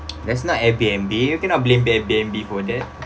that's not airbnb you cannot blame airbnb for that